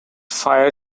fire